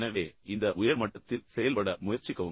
எனவே இந்த உயர் மட்டத்தில் செயல்பட முயற்சிக்கவும்